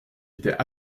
était